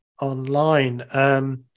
online